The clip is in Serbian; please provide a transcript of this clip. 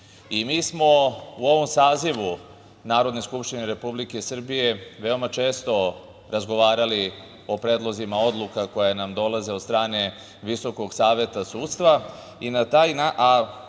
VSS.Mi smo u ovom sazivu Narodne skupštine Republike Srbije veoma često razgovarali o predlozima odluka koje nam dolaze od strane Visokog saveta sudstva, a te